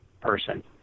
person